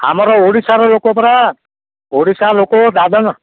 ଆମର ଓଡ଼ିଶାର ଲୋକ ପରା ଓଡ଼ିଶା ଲୋକ ଦାଦନ